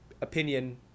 opinion